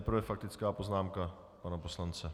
Nejprve faktická poznámka pana poslance.